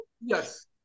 Yes